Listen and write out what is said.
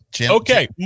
okay